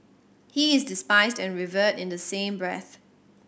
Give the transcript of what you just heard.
he is despised and revered in the same breath